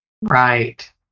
right